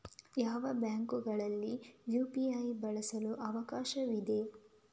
ಯಾವ ಬ್ಯಾಂಕುಗಳಲ್ಲಿ ಯು.ಪಿ.ಐ ಬಳಸಲು ಅವಕಾಶವಿದೆ?